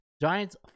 Giants